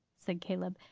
said caleb.